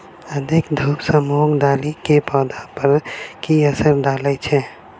अधिक धूप सँ मूंग दालि केँ पौधा पर की असर डालय छै?